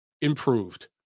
improved